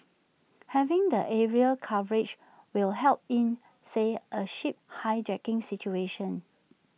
having the aerial coverage will help in say A ship hijacking situation